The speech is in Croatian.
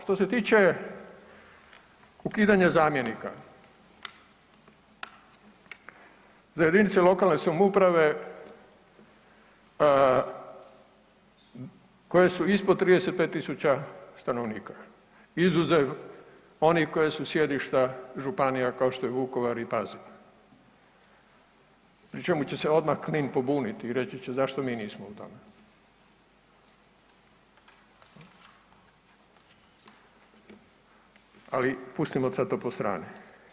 Što se tiče ukidanja zamjenika za jedinice lokalne samouprave koje su ispod 35.000 stanovnika, izuzev onih koje su sjedišta županija kao što je Vukovar i Pazin, pri čemu će se Knin pobuniti i reći će zašto mi nismo u tome, ali pustimo sada to po strani.